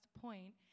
point